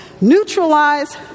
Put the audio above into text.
neutralize